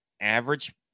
average